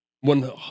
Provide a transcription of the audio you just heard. One